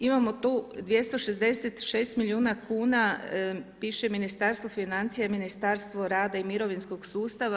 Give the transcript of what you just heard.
Imamo tu 266 milijuna kuna piše Ministarstvo financija i Ministarstvo rada i mirovinskog sustava.